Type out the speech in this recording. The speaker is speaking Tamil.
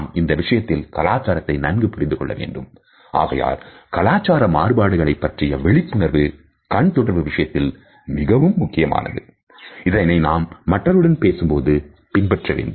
நாம் இந்த விஷயத்தில் கலாச்சாரத்தை நன்கு புரிந்து கொள்ள வேண்டும் ஆகையால் கலாச்சார மாறுபாடுகளை பற்றிய விழிப்புணர்வு கண் தொடர்பு விஷயத்தில் மிகவும் முக்கியமானது இதனை நாம் மற்றவர்களுடன் பேசும்போது பின்பற்ற வேண்டும்